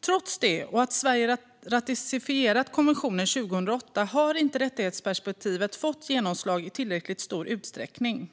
Trots det, och trots att Sverige ratificerade konventionen 2008, har rättighetsperspektivet inte fått genomslag i tillräckligt stor utsträckning.